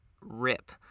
rip